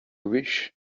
wish